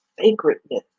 sacredness